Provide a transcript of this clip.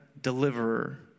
deliverer